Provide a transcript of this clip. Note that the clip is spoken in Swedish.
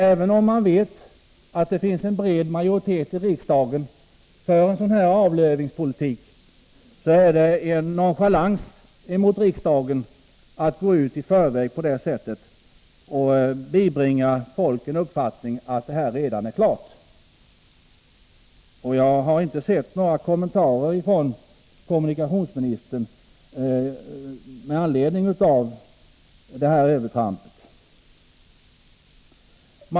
Även om man vet att det finns en bred majoritet i riksdagen för en sådan avlövningspolitik, så är det en nonchalans mot riksdagen att gå ut i förväg på detta sätt och bibringa folk uppfattningen att detta redan är klart. Jag har inte sett några kommentarer från kommunikationsministern med anledning av detta övertramp.